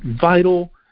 vital